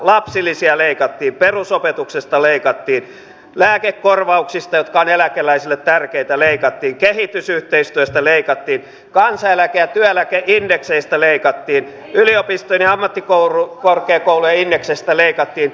lapsilisiä leikattiin perusopetuksesta leikattiin lääkekorvauksista jotka ovat eläkeläisille tärkeitä leikattiin kehitysyhteistyöstä leikattiin kansaneläke ja työeläkeindekseistä leikattiin yliopistojen ja ammattikorkeakoulujen indekseistä leikattiin